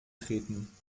treten